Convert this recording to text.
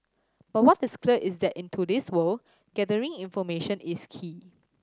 but what is clear is that in today's world gathering information is key